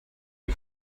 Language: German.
ein